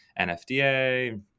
NFDA